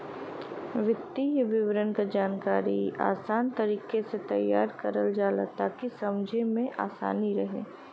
वित्तीय विवरण क जानकारी आसान तरीके से तैयार करल जाला ताकि समझे में आसानी रहे